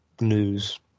News